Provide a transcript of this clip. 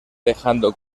dejando